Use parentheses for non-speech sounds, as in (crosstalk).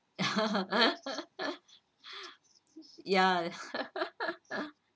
(laughs) ya (laughs)